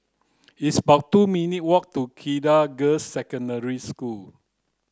it's about two minutes' walk to Cedar Girls' Secondary School